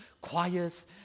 choirs